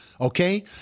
okay